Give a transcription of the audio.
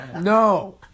no